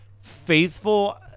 faithful